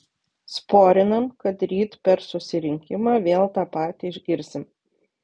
sporinam kad ryt per susirinkimą vėl tą patį išgirsim